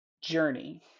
journey